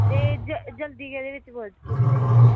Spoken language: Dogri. ते जल्दी कैह्दे बिच्च पुजदे